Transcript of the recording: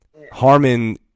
Harmon